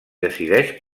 decideix